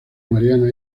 mariana